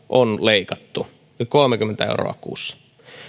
on leikattu kolmekymmentä euroa kuussa